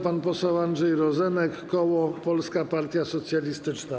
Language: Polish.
Pan poseł Andrzej Rozenek, koło Polska Partia Socjalistyczna.